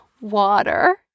Water